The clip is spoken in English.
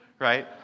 right